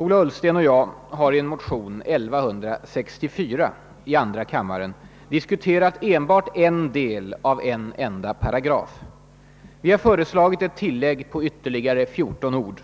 Ola Ullsten och jag har i en motion II: 1164 diskuterat enbart en del av en enda paragraf. Vi har föreslagit ett tilllägg på ytterligare 14 ord.